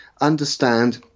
understand